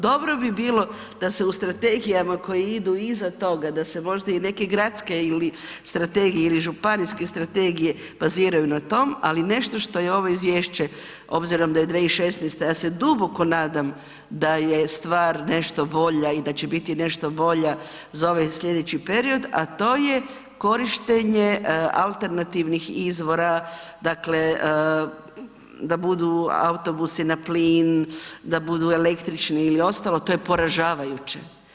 Dobro bi bilo da se u strategijama koje idu iza toga da se možda i neke gradske ili, strategije ili županijske strategije baziraju na tome, ali nešto što je ovo izvješće obzirom da je 2016. ja se duboko nadam da je stvar nešto bolja i da će biti nešto bolja za ovaj slijedeći period, a to je korištenje alternativnih izvora dakle da budu autobusi na plin, da budu električni ili ostalo to je poražavajuće.